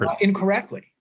incorrectly